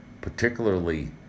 particularly